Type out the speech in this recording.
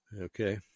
Okay